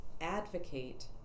advocate